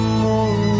more